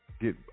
get